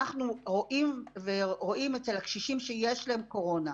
אנחנו רואים אצל הקשישים שיש להם קורונה.